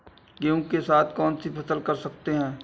गेहूँ के साथ कौनसी फसल कर सकते हैं?